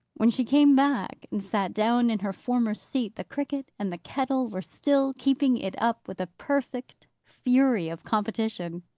when she came back, and sat down in her former seat, the cricket and the kettle were still keeping it up, with a perfect fury of competition.